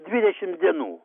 dvidešim dienų